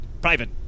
private